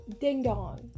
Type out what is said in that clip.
ding-dong